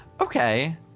Okay